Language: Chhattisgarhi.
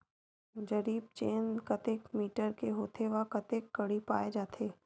जरीब चेन कतेक मीटर के होथे व कतेक कडी पाए जाथे?